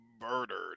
murdered